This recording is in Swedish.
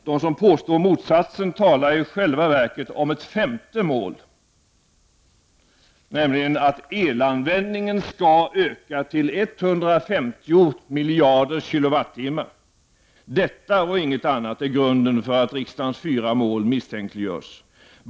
De som påstår motsatsen talar i själva verket om ett femte mål, nämligen att elanvändningen skall öka till 150 miljarder kWh. Detta, och inget annat, är grunden för att riksdagens fyra mål misstänkliggörs.